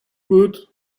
woot